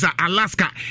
Alaska